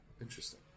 Interesting